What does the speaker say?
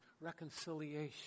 reconciliation